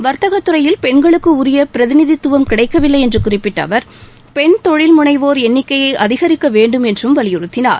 வர்த்தகத்துறையில் பெண்களுக்கு உரிய பிரதிநிதித்துவம் கிடைக்கவில்லை என்று குறிப்பிட்ட அவர் பெண் தொழில் முனைவோர் எண்ணிக்கையை அதிகரிக்க வேண்டும் என்றும் வலியுறுத்தினார்